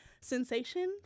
sensation